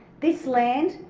this land,